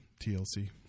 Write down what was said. TLC